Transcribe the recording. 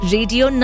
Radio